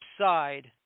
side